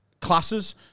classes